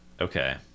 Okay